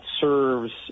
serves